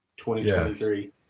2023